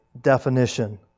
definition